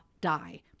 die